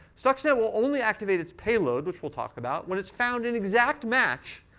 stuxnet will only activate its payload, which we'll talk about, when it's found an exact match,